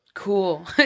Cool